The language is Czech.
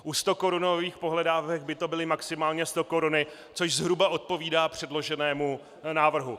U stokorunových pohledávek by to byly maximálně stokoruny, což zhruba odpovídá předloženému návrhu.